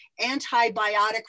antibiotic